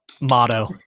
motto